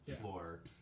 floor